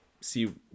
see